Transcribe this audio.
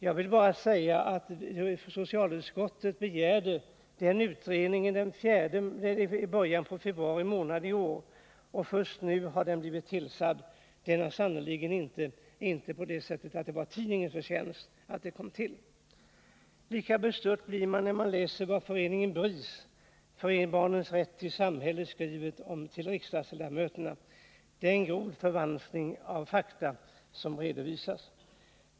Jag vill till detta säga att socialutskottet begärde denna utredning i början av februari månad i år, och den har först nu blivit tillsatt. Det är alltså sannerligen inte på det sättet att det var tidningens förtjänst att den kom till. Lika bestört blir man när man läser vad Bris, Föreningen Barnens rätt i samhället, skriver till riksdagsledamöterna. Det är en grov förvanskning av fakta som redovisas.